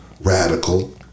radical